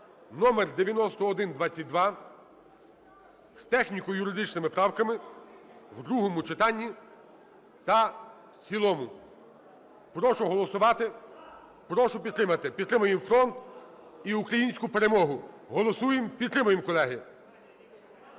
(№ 9122) з техніко-юридичними правками в другому читанні та в цілому. Прошу голосувати. Прошу підтримати. Підтримаємо фронт і українську перемогу. Голосуємо, підтримаємо, колеги!